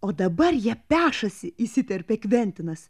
o dabar jie pešasi įsiterpė kventinas